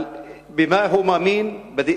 את מה שהוא מאמין בו,